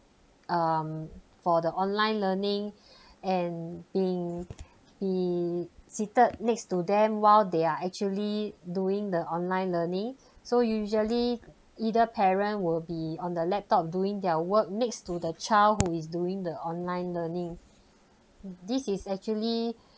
um for the online learning and being be seated next to them while they are actually doing the online learning so usually either parent will be on the laptop doing their work next to the child who is doing the online learning this is actually